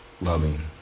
loving